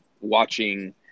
watching